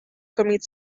commit